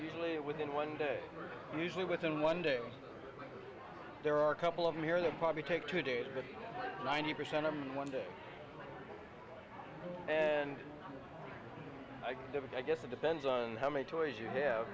usually within one day usually within one day there are a couple of them here that probably take two days but ninety percent of them one day and i guess it depends on how many toys you have